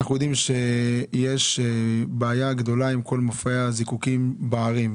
אנחנו יודעים שיש בעיה גדולה עם כל מופעי הזיקוקים בערים,